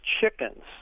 chickens